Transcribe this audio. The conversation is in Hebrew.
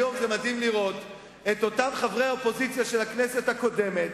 היום זה מדהים לראות את אותם חברי אופוזיציה של הכנסת הקודמת,